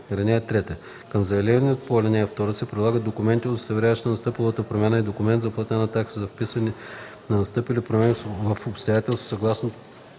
й. (3) Към заявлението по ал. 2 се прилагат документи, удостоверяващи настъпилата промяна, и документ за платена такса за вписване на настъпили промени в обстоятелствата